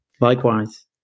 Likewise